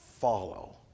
follow